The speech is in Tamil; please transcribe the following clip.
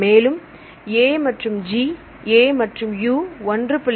மேலும் A மற்றும் G A மற்றும் U 1